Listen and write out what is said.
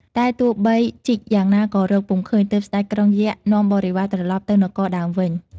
តែទោះបីជីកយ៉ាងណាក៏រកពុំឃើញ ទើបស្ដេចក្រុងយក្ខ នាំបរិវារត្រឡប់ទៅនគរដើមវិញ។